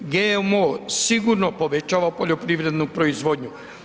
GMO sigurno povećava poljoprivredu proizvodnju.